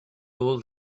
all